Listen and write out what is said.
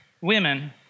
women